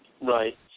Right